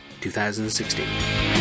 2016